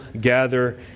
gather